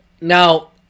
Now